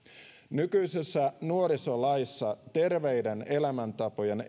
nykyisessä nuorisolaissa terveiden elämäntapojen